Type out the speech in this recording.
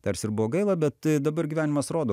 tarsi ir buvo gaila bet dabar gyvenimas rodo